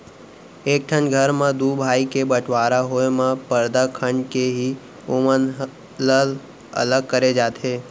एक ठन घर म दू भाई के बँटवारा होय म परदा खंड़ के ही ओमन ल अलग करे जाथे